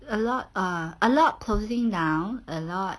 a lot uh a lot closing down a lot